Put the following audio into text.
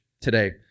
today